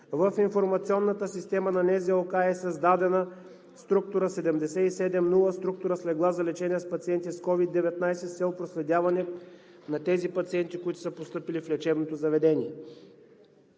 В информационната система на НЗОК е създадена структура 77.00 – структура с легла за лечение на пациенти с COVID-19, с цел проследяване на тези пациенти, които са постъпили в лечебното заведение.